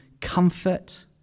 comfort